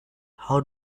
how